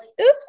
Oops